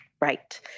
Right